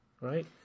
Right